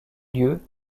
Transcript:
lieu